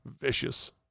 Vicious